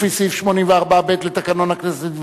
לפי סעיף 84(ב) לתקנון הכנסת,